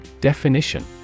Definition